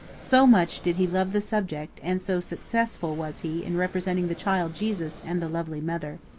so much did he love the subject and so successful was he in representing the child jesus and the lovely mother.